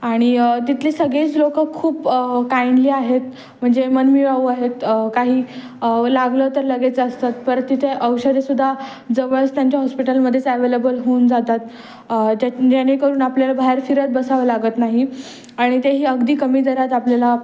आणि तिथले सगळेच लोकं खूप काईंडली आहेत म्हणजे मनमिळाऊ आहेत काही लागलं तर लगेच असतात परत तिथे औषधेसुद्धा जवळच त्यांच्या हॉस्पिटलमध्येच ॲव्हेलेबल होऊन जातात जेणेकरून आपल्याला बाहेर फिरत बसावं लागत नाही आणि ते ही अगदी कमी दरात आपल्याला